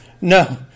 No